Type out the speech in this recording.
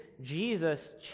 Jesus